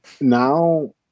now